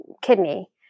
kidney